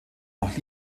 auch